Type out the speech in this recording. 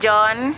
John